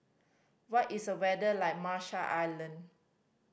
what is the weather like Marshall Island